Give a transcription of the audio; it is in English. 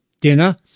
dinner